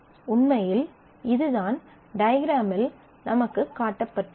உண்மையில் இது தான் டயக்ராமில் நமக்குக் காட்டப் பட்டுள்ளது